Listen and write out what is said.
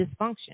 dysfunction